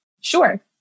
Sure